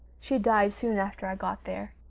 she died soon after i got there.